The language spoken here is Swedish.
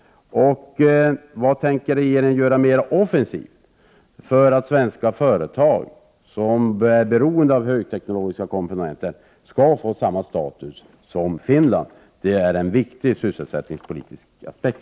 Vad tänker regeringen göra mer offensivt för att svenska företag, som är beroende av högteknologiska komponenter, skall få samma status som finska företag? Detta är en viktig sysselsättningspolitisk aspekt.